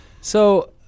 So-